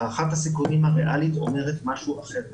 הערכת הסיכונים הריאלית אומרת משהו אחר לגמרי.